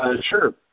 Sure